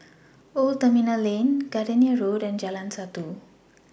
Old Terminal Lane Gardenia Road and Jalan Satu